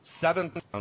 Seven